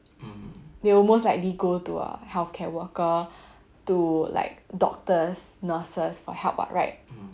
they will most likely go to a healthcare worker to like doctors nurses for help what right